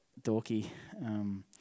dorky